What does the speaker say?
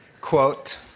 Quote